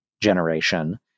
generation